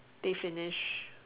they finish